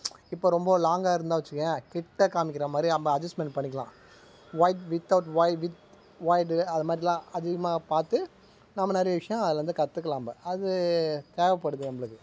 இப்போ ரொம்ப லாங்காக இருந்தால் வெச்சுக்கோயேன் கிட்டே காம்மிக்கிற மாதிரி நம்ப அட்ஜஸ்ட்மென்ட் பண்ணிக்கலாம் ஒயர்ட் வித்அவுட் ஒயி வித் ஒயர்டு அது மாதிரிலாம் அதிகமாக பார்த்து நாம் நிறைய விஷயம் அதுலேருந்து கற்றுக்கலாம் நம்ம அது தேவைப்படுது நம்மளுக்கு